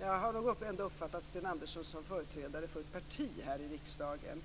Jag har ändå uppfattat Sten Andersson som företrädare för ett parti här i riksdagen.